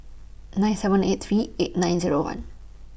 nine seven eight three eight nine Zero one